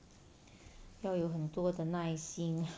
要有很多的耐心